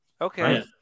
Okay